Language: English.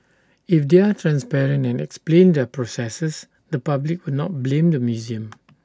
if they are transparent and explain their processes the public will not blame the museum